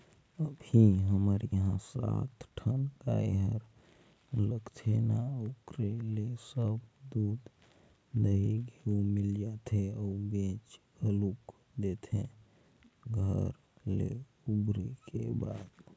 अभी हमर इहां सात ठन गाय हर लगथे ना ओखरे ले सब दूद, दही, घींव मिल जाथे अउ बेंच घलोक देथे घर ले उबरे के बाद